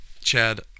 Chad